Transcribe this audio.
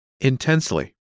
Intensely